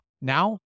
Now